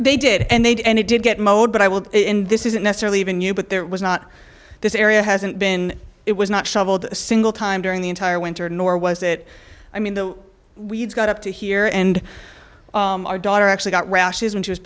they did and they did and it did get mowed but i was in this isn't necessarily even you but there was not this area hasn't been it was not shoveled a single time during the entire winter nor was it i mean the weeds got up to here and our daughter actually got rashes when she was